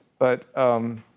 but um,